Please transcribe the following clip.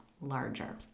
larger